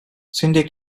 cindy